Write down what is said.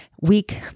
week